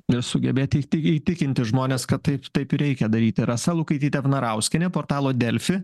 nesugebėti itigi įtikinti žmones kad taip taip ir reikia daryti rasa lukaitytė vnarauskienė portalo delfi